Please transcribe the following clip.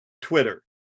Twitter